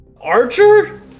archer